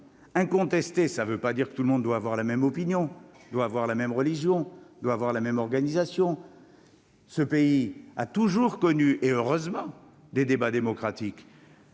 Incontestée, cela ne veut pas dire que tout le monde doit avoir la même opinion, la même religion ou la même organisation. Notre pays a toujours connu- heureusement ! -des débats démocratiques